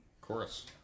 chorus